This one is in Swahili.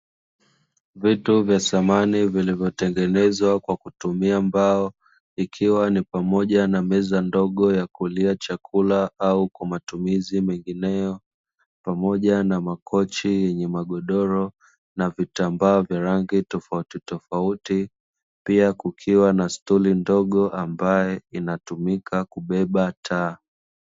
Vitu vya samani vilivyo tengenezwa kwa kutumia mbao; ikiwa ni pamoja na meza ndogo ya kulia chakula au kwa matumizi mengineo pamoja na makochi yenye magodoro na vitambaa vya rangi tofautitofauti, pia kukiwa na stuli ndogo ambayo hutumika kubeba taa.